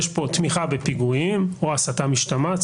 יש פה תמיכה בפיגועים או הסתה משתמעת,